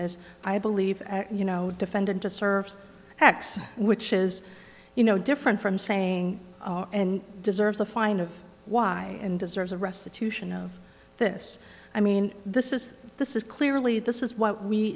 is i believe you know defendant to serve x which is you know different from saying and deserves a fine of why and deserves a restitution of this i mean this is this is clearly this is what we